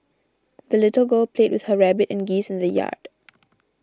the little girl played with her rabbit and geese in the yard